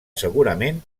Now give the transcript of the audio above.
segurament